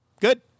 Good